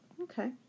okay